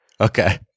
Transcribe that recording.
Okay